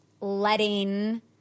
letting